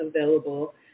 available